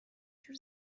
جور